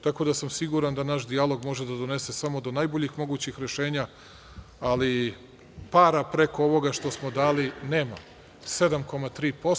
Tako da sam siguran da naš dijalog može da donese samo do najboljih mogućih rešenja, ali para preko ovoga što smo dali nema - 7,3%